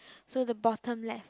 so the bottom left